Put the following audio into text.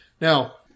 Now